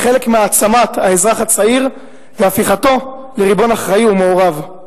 כחלק מהעצמת האזרח הצעיר והפיכתו לריבון אחראי ומעורב.